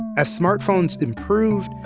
as smartphones improved,